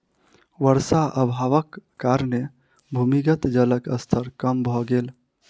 वर्षा अभावक कारणेँ भूमिगत जलक स्तर कम भ गेल